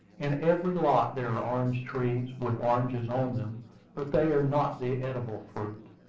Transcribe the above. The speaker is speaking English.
in every lot there are orange-trees, with oranges on them but they are not the eatable fruit.